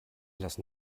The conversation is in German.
lassen